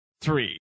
three